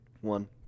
one